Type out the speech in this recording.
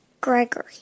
Gregory